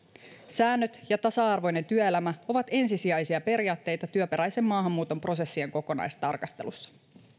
säännöt ja tasa arvoinen työelämä ovat ensisijaisia periaatteita työperäisen maahanmuuton prosessien kokonaistarkastelussa työ